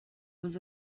was